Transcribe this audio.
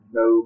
no